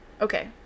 okay